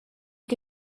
che